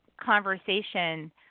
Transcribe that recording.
conversation